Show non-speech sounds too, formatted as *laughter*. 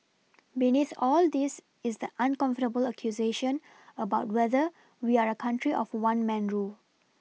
*noise* beneath all this is the uncomfortable accusation about whether we are a country of one man rule